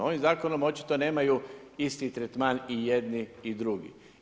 Ovim zakonom očito nemaju isti tretman i jedni i drugi.